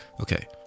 Okay